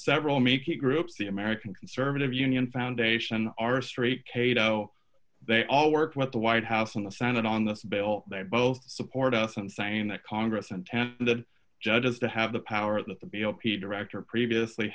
several make it groups the american conservative union foundation our straight cato they all work with the white house in the senate on this bill they both support us and saying that congress intent the judges to have the power that the b o p director previously